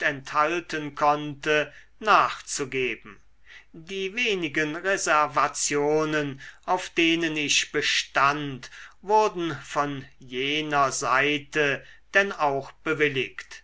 enthalten konnte nachzugeben die wenigen reservationen auf denen ich bestand wurden von jener seite denn auch bewilligt